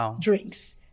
drinks